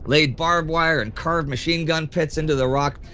laid barbed wire, and carved machine gun pits into the rock.